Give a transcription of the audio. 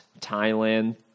Thailand